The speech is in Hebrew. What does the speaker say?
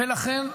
לכן,